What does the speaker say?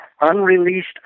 unreleased